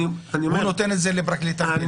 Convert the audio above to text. הוא נותן לפרקליט המדינה,